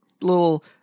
little